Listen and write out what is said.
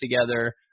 together